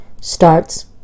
starts